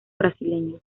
brasileño